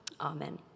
Amen